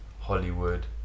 hollywood